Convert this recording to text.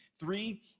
Three